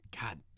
God